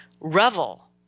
Revel